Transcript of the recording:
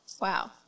Wow